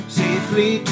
safely